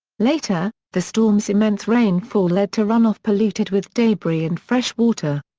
later, the storm's immense rainfall led to runoff polluted with debris and fresh water.